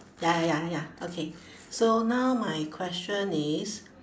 ya ya ya okay so now my question is